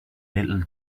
little